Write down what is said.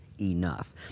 enough